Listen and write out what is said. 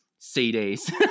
CDs